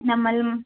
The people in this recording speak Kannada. ನಮ್ಮಲ್ಲಿ